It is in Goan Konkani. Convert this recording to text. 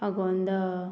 आगोंदा